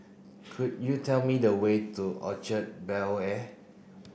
could you tell me the way to Orchard Bel Air